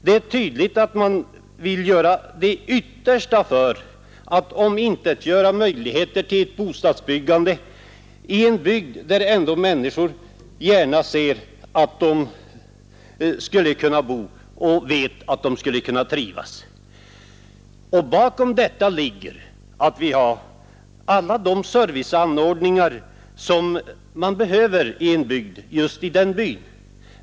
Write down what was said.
Det är tydligt att man vill göra sitt yttersta för att omintetgöra möjligheterna till bostadsbyggande i en bygd där människor gärna vill bo och vet att de kan trivas. Härtill kommer att vi har alla de serviceanordningar som behövs just i den byn.